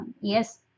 Yes